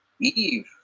Eve